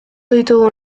ditugun